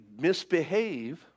misbehave